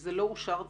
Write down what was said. זה לא אושר תקציבית?